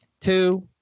Two